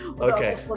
okay